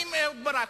קוראים אהוד ברק,